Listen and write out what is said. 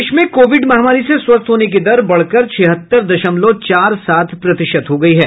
देश में कोविड महामारी से स्वस्थ होने की दर बढ़कर छिहत्तर दशमलव चार सात प्रतिशत हो गई है